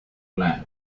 plan